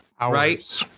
right